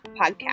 Podcast